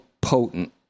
potent